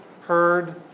heard